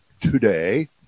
today